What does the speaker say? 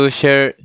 share